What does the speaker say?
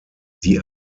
die